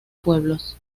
pueblos